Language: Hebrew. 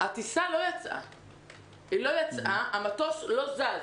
שלא יצאה, המטוס לא זז.